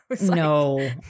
No